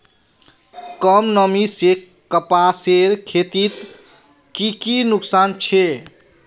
कम नमी से कपासेर खेतीत की की नुकसान छे?